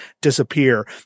disappear